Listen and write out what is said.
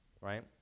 right